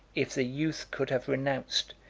if the youth could have renounced,